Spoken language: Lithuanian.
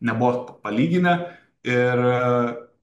nebuvo palyginę ir